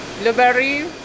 blueberry